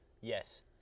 Yes